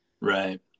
Right